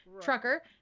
trucker